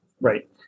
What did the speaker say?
Right